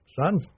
Son